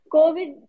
Covid